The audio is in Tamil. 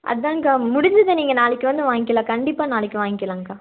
அதுதான்க்கா முடிஞ்சது நீங்கள் நாளைக்கு வந்து வாங்கிக்கலாம் கண்டிப்பாக நாளைக்கு வாங்கிக்கலாம்க்கா